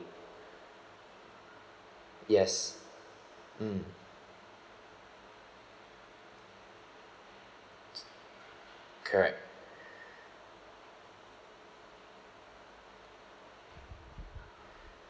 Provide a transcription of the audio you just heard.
yes mm correct